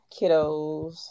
kiddos